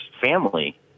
family